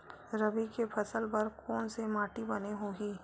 रबी के फसल बर कोन से माटी बने होही?